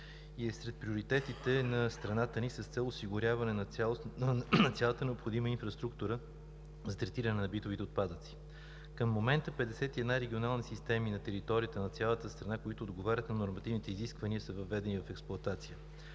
и е сред приоритетите на страната ни с цел осигуряване на цялата необходима инфраструктура за третиране на битовите отпадъци. Към момента 51 регионални системи на територията на цялата страна, които отговарят на нормативните изисквания, са въведени в експлоатация.